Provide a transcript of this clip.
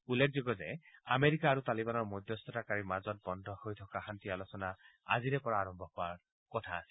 উল্লেখযোগ্য যে আমেৰিকা আৰু তালিৱানৰ মধ্যস্থকাৰীৰ মাজত বন্ধ হৈ থকা শান্তি আলোচনা আজিৰে পৰা আৰম্ভ হোৱাৰ কথা আছিল